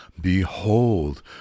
behold